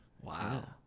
Wow